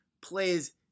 plays